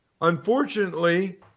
Unfortunately